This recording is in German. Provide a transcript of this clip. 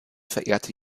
verehrte